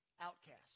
Outcast